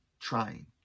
trying